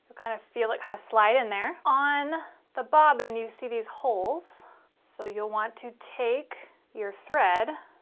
kind of feel it kind of slide in there on the bobbin you see these holes so you'll want to take your thread